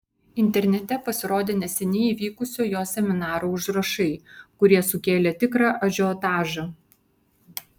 internete pasirodė neseniai įvykusio jo seminaro užrašai kurie sukėlė tikrą ažiotažą